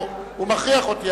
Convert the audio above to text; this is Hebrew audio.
הוא מכריח אותי.